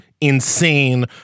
insane